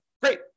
Great